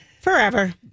Forever